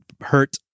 hurt